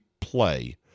play